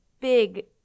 big –